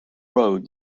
road